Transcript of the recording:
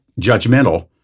judgmental